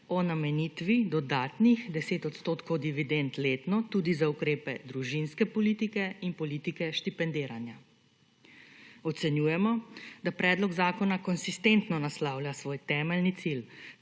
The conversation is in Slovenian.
o namenitvi dodatnih 10 % dividend letno tudi za ukrepe družinske politike in politike štipendiranja. Ocenjujemo, da predlog zakona konsistentno naslavlja svoj temeljni cilj,